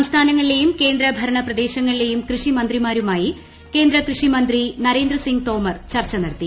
സംസ്ഥാനങ്ങളിലെയും കേന്ദ്രഭൂർണപ്രദേശങ്ങളിലെയും കൃഷി മന്ത്രിമാരുമായി കേന്ദ്രിക്ട്യ്ഷി മന്ത്രി നരേന്ദ്രസിംങ് തോമർ ചർച്ച നടത്തി